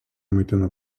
maitina